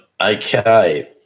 okay